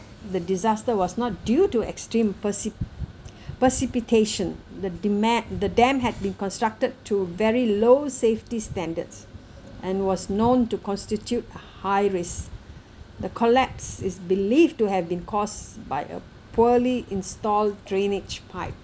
the disaster was not due to extreme preci~ precipitation the demand the dam had been constructed to very low safety standards and was known to constitute high risk the collapse is believed to have been caused by a poorly installed drainage pipe